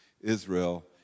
Israel